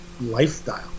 lifestyle